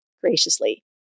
graciously